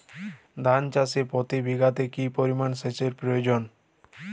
ধান চাষে প্রতি বিঘাতে কি পরিমান সেচের প্রয়োজন?